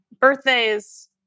Birthdays